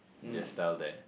their style there